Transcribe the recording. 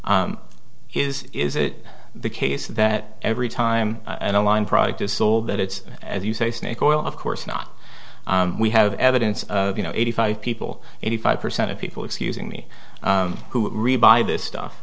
is is it the case that every time an online product is sold that it's as you say snake oil of course not we have evidence of you know eighty five people eighty five percent of people excusing me who ribeye this stuff